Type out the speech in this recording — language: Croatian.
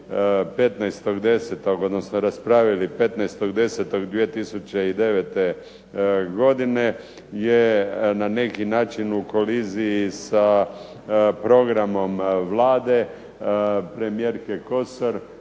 15.10.2009. godine je na neki način u koliziji sa programom Vlade premijerke Kosor